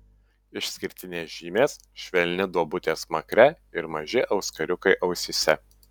išskirtinės žymės švelni duobutė smakre ir maži auskariukai ausyse